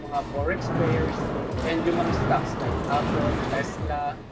forex pairs and stocks like apple, tesla,